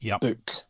book